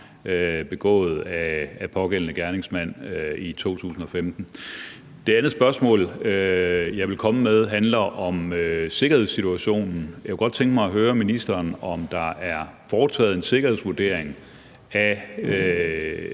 begået af pågældende gerningsmand i 2015. Det andet spørgsmål, jeg vil komme med, handler om sikkerhedssituationen. Jeg kunne godt tænke mig at høre ministeren, om der er foretaget en sikkerhedsvurdering af